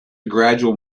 gradual